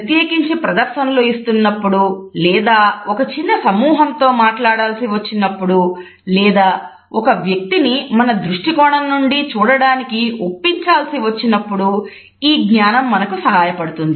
ప్రత్యేకించి ప్రదర్శనలు ఇస్తున్నప్పుడు లేదా ఒక చిన్న సమూహంతో మాట్లాడాల్సివచ్చినప్పుడు లేదా ఒక వ్యక్తిని మన దృష్టికోణం నుండి చూడడానికి ఒప్పించాల్సివచ్చినప్పుడు ఈ జ్ఞానం మనకు సహాయపడుతుంది